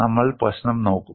നമ്മൾ പ്രശ്നം നോക്കും